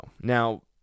Now